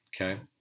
okay